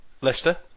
Leicester